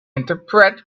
interpret